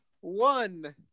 one